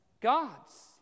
gods